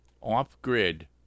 off-grid